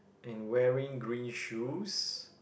and wearing green shoes